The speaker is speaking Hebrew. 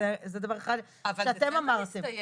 אז זה דבר אחד שאתם אמרתם.